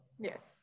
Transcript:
Yes